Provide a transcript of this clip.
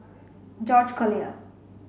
George Collyer